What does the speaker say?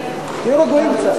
תהיו רגועים.